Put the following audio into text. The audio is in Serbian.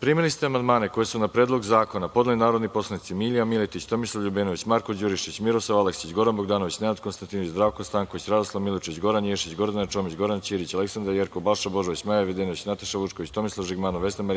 Primili ste amandmane koje su na Predlog zakona podneli narodni poslanici: Milija Miletić, Tomislav Ljubenović, Marko Đurišić, Miroslav Aleksić, Goran Bogdanović, Nenad Konstatinović, Zdravko Stanković, Radoslav Milojičić, Goran Ješić, Gordana Čomić, Goran Ćirić, Aleksandra Jerkov, Balša Božović, Maja Videnović, Nataša Vučković, Tomislav Žigmanov, Vesna Marijanović,